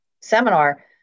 seminar